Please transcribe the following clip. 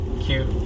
Cute